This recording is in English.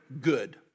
good